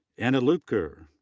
anna luebker,